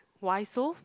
why so